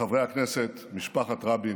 חברי הכנסת, משפחת רבין,